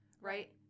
Right